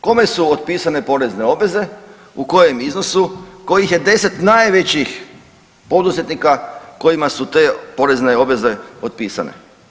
Kome su otpisane porezne obveze, u kojem iznosu, kojih je 10 najvećih poduzetnika kojima su te porezne obveze otpisane?